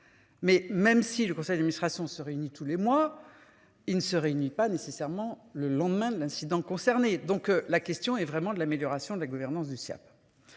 Mais même si le conseil administration se réunit tous les mois. Il ne se réunit pas nécessairement le lendemain de l'incident. Donc la question est vraiment de l'amélioration de la gouvernance du Siaap.